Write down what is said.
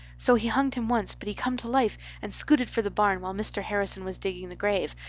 so he hunged him once but he come to life and scooted for the barn while mr. harrison was digging the grave,